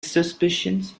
suspicions